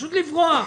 פשוט לברוח.